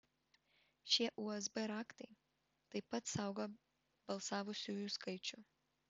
šie usb raktai taip pat saugo balsavusiųjų skaičių